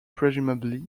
presumably